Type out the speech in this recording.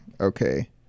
Okay